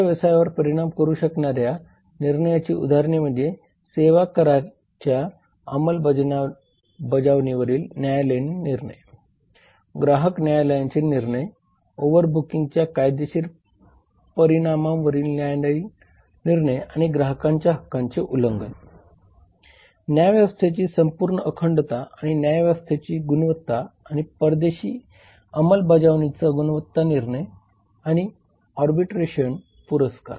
आपल्या व्यवसायावर परिणाम करू शकणाऱ्या निर्णयाची उदाहरणे म्हणजे सेवा कराराच्या अंमलबजावणीवरील न्यायालयीन निर्णय ग्राहक न्यायालयांचे निर्णय ओव्हरबुकिंगच्या कायदेशीर परिणामांवरील न्यायालयीन निर्णय आणि ग्राहकांच्या हक्कांचे उल्लंघन न्यायव्यवस्थेची संपूर्ण अखंडता आणि न्यायव्यवस्थेची गुणवत्ता आणि परदेशी अंमलबजावणीची गुणवत्ता निर्णय किंवा आर्बिट्रेशन पुरस्कार